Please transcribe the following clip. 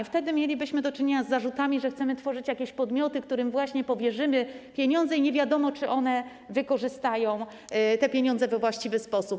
Wtedy mielibyśmy do czynienia z zarzutami, że chcemy tworzyć jakieś podmioty, którym właśnie powierzymy pieniądze, i nie wiadomo, czy one wykorzystają je we właściwy sposób.